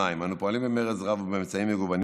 אנו פועלים במרץ רב ובאמצעים מגוונים